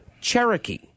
Cherokee